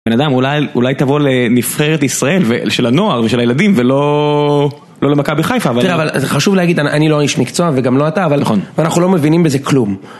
בן אדם, אולי תבוא לנבחרת ישראל של הנוער ושל הילדים ולא למכבי חיפה תראה, אבל זה חשוב להגיד, אני לא איש מקצוע וגם לא אתה, אבל אנחנו לא מבינים בזה כלום